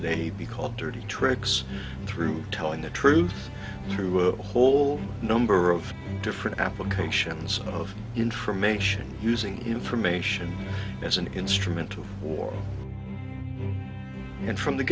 they be called dirty tricks through telling the truth through a whole number of different applications of information using information as an instrument of war and from the